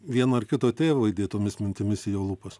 vieno ar kito tėvo įdėtomis mintimis į jo lūpas